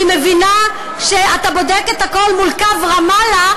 אני מבינה שאתה בודק את הכול מול קו רמאללה,